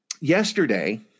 yesterday